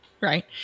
Right